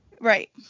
Right